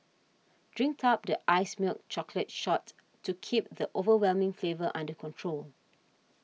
drink up the iced milk chocolate shot to keep the overwhelming flavour under control